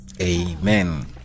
Amen